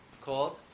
called